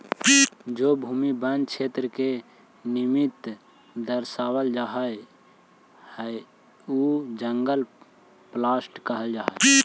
जो भूमि वन क्षेत्र के निमित्त दर्शावल जा हई उसे जंगल प्लॉट कहल जा हई